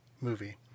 movie